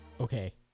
Okay